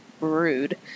rude